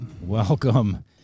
Welcome